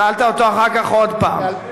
שאלת אותו אחר כך עוד פעם.